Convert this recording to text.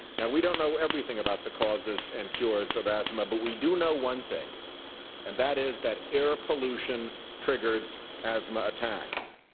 now, we don't know everything about the causes and cures of asthma, but we do know one thing and that is that air pollution triggers asthma attacks,